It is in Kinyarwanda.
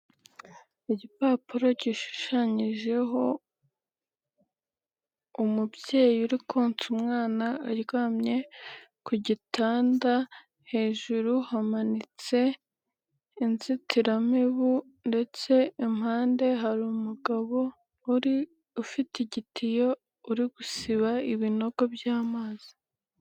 Igipapuro gishushanyijeho umubyeyi uri konsa umwana, aryamye ku gitanda. Hejuru hamanitse inzitiramibu ndetse impande hari umugabo wari ufite igitiyo uri gusiba ibinogo by'amazi.